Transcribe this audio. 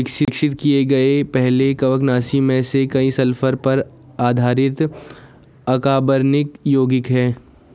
विकसित किए गए पहले कवकनाशी में से कई सल्फर पर आधारित अकार्बनिक यौगिक थे